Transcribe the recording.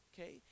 Okay